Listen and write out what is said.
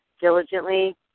diligently